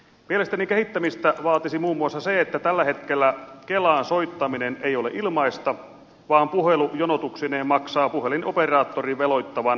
mielestäni kehittämistä vaatisi muun muassa se että tällä hetkellä kelaan soittaminen ei ole ilmaista vaan puhelu jonotuksineen maksaa puhelinoperaattorin veloittaman puhelumaksun